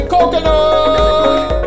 Coconut